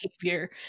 behavior